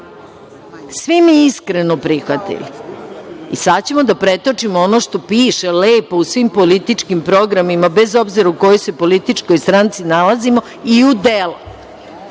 svi mi iskreno prihvatili i sad ćemo da pretočimo ono što piše lepo u svim političkim programima, bez obzira u kojoj se političkoj stranci nalazimo i u